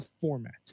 format